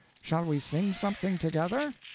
shall we sing something together?